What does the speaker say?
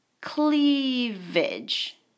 cleavage